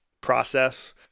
process